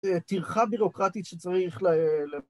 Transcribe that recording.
טרחה ביורוקרטית שצריך